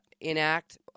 enact